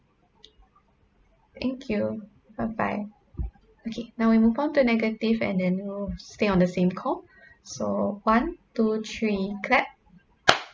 thank you bye bye okay now we move on to negative and then we'll stay on the same call so one two three clap